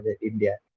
India